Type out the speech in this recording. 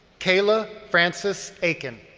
kayla francis aiken.